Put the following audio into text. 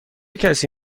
کسی